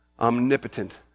omnipotent